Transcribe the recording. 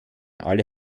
alle